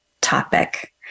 topic